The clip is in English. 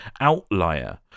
outlier